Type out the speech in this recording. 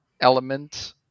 element